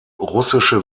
russische